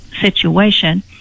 situation